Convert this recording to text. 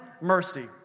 mercy